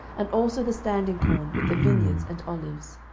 and also the standing corn, with the vineyards and olives.